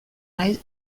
naiz